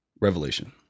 revelation